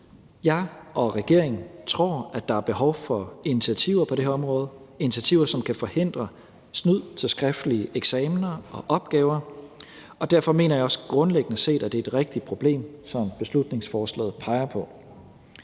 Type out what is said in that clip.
jeg og regeringen tror, at der er behov for initiativer på det her område, initiativer, som kan forhindre snyd ved skriftlige eksamener og opgaver, og derfor mener jeg også grundlæggende set, at det er et rigtigt problem, som beslutningsforslaget peger på.